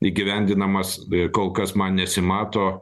įgyvendinamas kol kas man nesimato